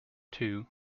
too